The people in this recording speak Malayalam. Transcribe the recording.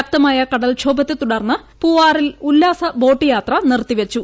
ശക്തമായ കടൽക്ഷോഭത്തെ തുടർന്ന് പൂവാറിൽ ഉല്ലാസബോട്ടുയാത്ര നിർത്തിവച്ചു